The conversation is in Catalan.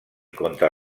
contra